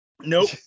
Nope